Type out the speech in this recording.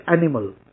animal